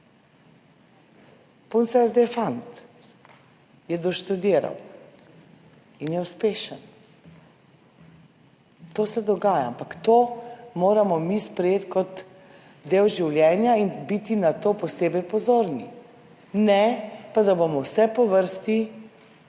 Punca je zdaj fant, je doštudiral in je uspešen. To se dogaja, ampak to moramo mi sprejeti kot del življenja in biti na to posebej pozorni, ne pa da bomo vse po vrsti